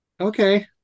Okay